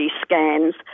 scans